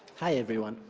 hi, everyone.